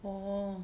orh